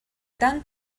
tant